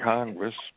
Congress